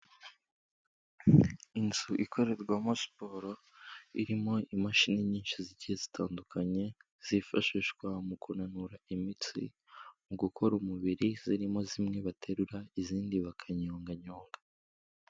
Inzu ikorerwamo siporo irimo imashini nyinshi zigiye zitandukanye zifashishwa mu kunanura imitsi mu gukora umubiri, zirimo zimwe baterura izindi bakanyonganyonga.